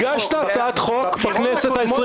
הגשת הצעת חוק בכנסת ה-21?